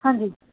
ہاں جی